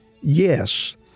Yes